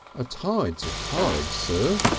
a tide's a tide, sir,